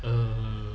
um